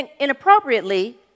inappropriately